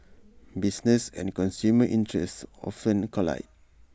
business and consumer interests often collide